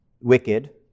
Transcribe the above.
wicked